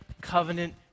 covenant